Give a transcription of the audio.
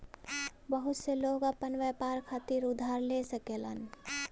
बहुत से लोग आपन व्यापार खातिर उधार ले सकलन